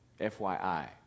FYI